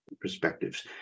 Perspectives